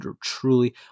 truly